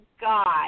God